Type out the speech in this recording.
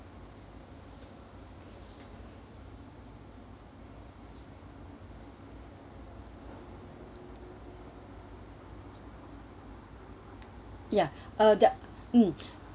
ya ya uh that mm